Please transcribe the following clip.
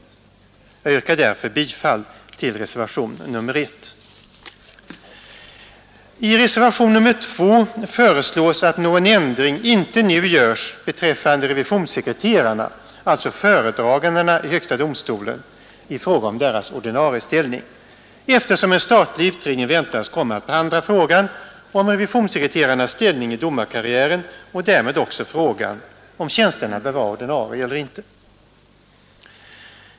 Jag yrkar därför, herr talman, bifall till reservationen 1. I reservationen 2 föreslås att någon ändring inte nu görs beträffande revisionssekreterarna, föredragandena i HD, i fråga om deras ordinarieställning, eftersom en statlig utredning väntas komma att behandla frågan om revisionssekreterarnas ställning i domarkarriären och därmed också frågan om tjänsterna bör vara ordinarie eller inte.